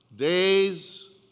Days